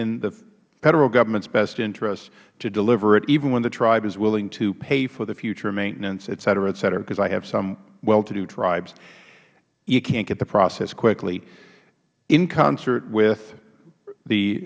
in the federal government's best interests to deliver it even when the tribe is willing to pay for the future maintenance et cetera et ceterah because i have some welltodo tribesh you can't get the process quickly in concert with the